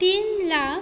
तीन लाख